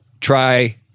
try